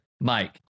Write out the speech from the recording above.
Mike